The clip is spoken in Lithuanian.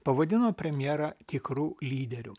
pavadino premjerą tikru lyderiu